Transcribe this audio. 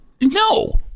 no